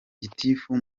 gitifu